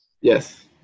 Yes